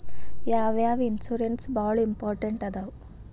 ಯಾವ್ಯಾವ ಇನ್ಶೂರೆನ್ಸ್ ಬಾಳ ಇಂಪಾರ್ಟೆಂಟ್ ಅದಾವ?